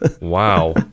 Wow